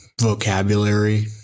vocabulary